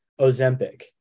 Ozempic